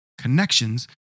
connections